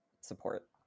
support